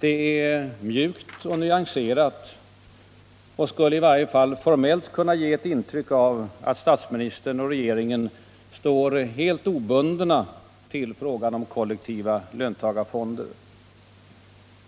Det är mjukt och nyanserat och skulle, i varje fall formellt, kunna ge ett intryck av att statsministern och regeringen står helt obundna till frågan om kollektiva löntagarfonder.